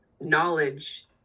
knowledge